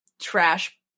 trash